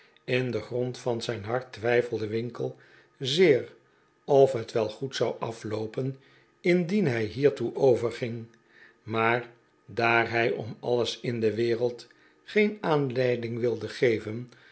in den grond van zijn hart twijfelde winkle zeer of het wel goed zou afloopen indien hij hiertoe overging maar daar hij om alles in de wereld geen aanleiding wilde geven